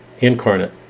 incarnate